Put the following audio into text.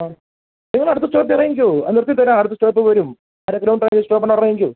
ആ നിങ്ങളടുത്ത സ്റ്റോപ്പിൽ ഇറങ്ങിക്കോ ആ നിർത്തിത്തരാം അടുത്ത സ്റ്റോപ്പ് വരും അര കിലോമീറ്ററിൽ അടുത്ത സ്റ്റോപ്പിൽ ഇറങ്ങിക്കോ